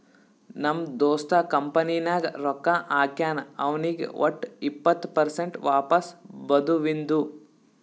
ನಮ್ ದೋಸ್ತ ಕಂಪನಿ ನಾಗ್ ರೊಕ್ಕಾ ಹಾಕ್ಯಾನ್ ಅವ್ನಿಗ್ ವಟ್ ಇಪ್ಪತ್ ಪರ್ಸೆಂಟ್ ವಾಪಸ್ ಬದುವಿಂದು